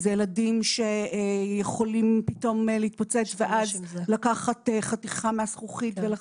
יש ילדים שיכולים לקחת חתיכה מהזכוכית ולחתוך.